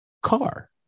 Car